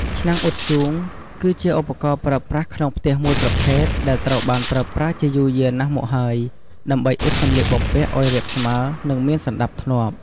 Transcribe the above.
ឆ្នាំងអ៊ុតធ្យូង គឺជាឧបករណ៍ប្រើប្រាស់ក្នុងផ្ទះមួយប្រភេទ ដែលត្រូវបានប្រើប្រាស់ជាយូរយារណាស់មកហើយ ដើម្បីអ៊ុតសម្លៀកបំពាក់ឱ្យរាបស្មើ និងមានសណ្ដាប់ធ្នាប់។